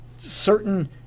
Certain